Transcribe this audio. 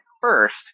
first